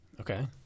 Okay